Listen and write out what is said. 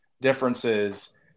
differences